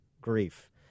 grief